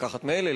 לקחת מאלה,